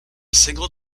single